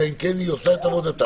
אלא אם כן היא עושה את עבודתה.